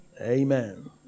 Amen